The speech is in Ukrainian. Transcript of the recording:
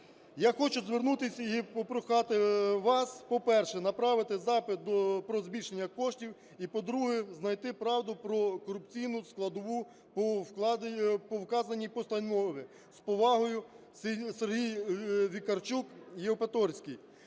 "Я хочу звернутися і попрохати вас, по-перше, направити запит про збільшення коштів і, по-друге, знайти правду про корупційну складову по вказаній постанові. З повагою Сергій Вікарчук-Євпаторійський".